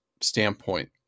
standpoint